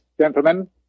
gentlemen